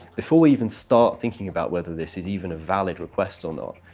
before we even start thinking about whether this is even a valid request or not,